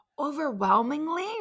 overwhelmingly